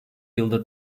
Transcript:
yılda